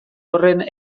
horren